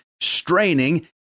straining